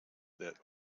that